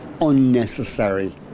unnecessary